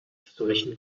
solchen